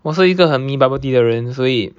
我是一个很迷 bubble tea 的人所以